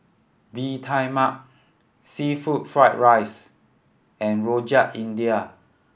Bee Tai Mak seafood fried rice and Rojak India